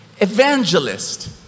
Evangelist